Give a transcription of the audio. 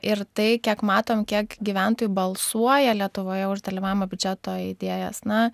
ir tai kiek matom kiek gyventojų balsuoja lietuvoje už dalyvaujamojo biudžeto idėjas na